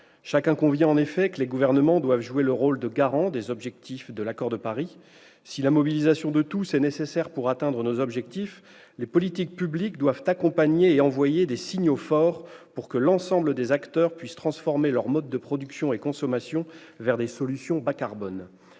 Chacun convient en effet que les gouvernements doivent jouer le rôle de garant des objectifs de l'accord de Paris. Si la mobilisation de tous est nécessaire pour atteindre nos objectifs, les politiques publiques doivent accompagner et envoyer des signaux forts pour que l'ensemble des acteurs puissent transformer leurs modes de production et de consommation vers des solutions bas carbone.